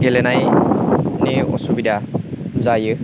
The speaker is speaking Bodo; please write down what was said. गेलेनायनि असुबिदा जायो